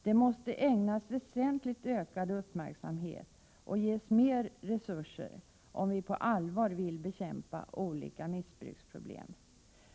Om vi på allvar vill bekämpa olika missbruksproblem måste de ägnas väsentligt ökad uppmärksamhet och ges mer resurser.